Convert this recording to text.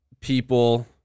people